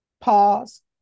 pause